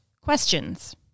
questions